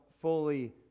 fully